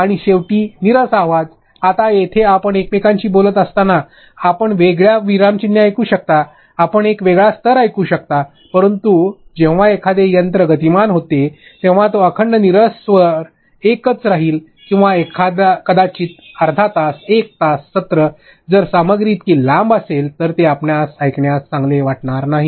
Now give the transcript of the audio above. आणि शेवटी नीरस आवाज आता येथे आपण एकमेकांशी बोलत असताना आपण वेगळ्या विरामचिन्हे ऐकू शकता आपण एक वेगळा स्वर ऐकू शकता परंतु जेव्हा एखादे यंत्र गतिमान होते तेव्हा तो अखंड नीरस एक स्वर राहील किंवा कदाचित अर्धा तास 1 तास सत्र जर सामग्री इतकी लांब असेल तर ते आपल्यास ऐकण्यास चांगले वाटणार नाही